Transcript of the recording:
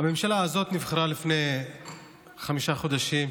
הממשלה הזאת נבחרה לפני חמישה חודשים,